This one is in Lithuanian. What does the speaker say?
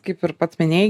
kaip ir pats minėjai